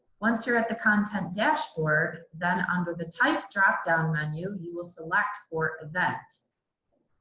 once you're at the content dashboard, then under the type dropdown menu, you will select for event.